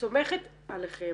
סומכת עליכם.